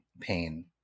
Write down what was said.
pain